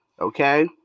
Okay